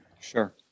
Sure